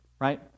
right